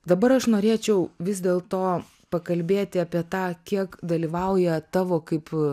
dabar aš norėčiau vis dėlto pakalbėti apie tą kiek dalyvauja tavo kaip